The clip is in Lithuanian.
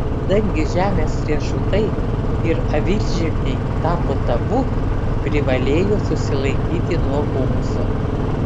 kadangi žemės riešutai ir avinžirniai tapo tabu privalėjo susilaikyti nuo humuso